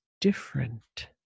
different